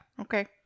Okay